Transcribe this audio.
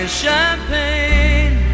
champagne